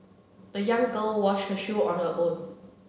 the young girl washed her shoe on her own